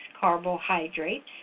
carbohydrates